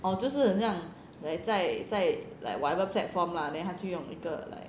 哦就是很像 like 在在 like whatever platform lah then 他就用一个 like